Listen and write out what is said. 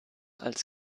als